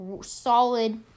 solid